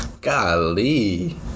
Golly